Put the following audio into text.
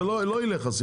זה לא ילך, הסיפור הזה.